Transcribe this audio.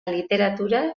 literatura